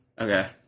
Okay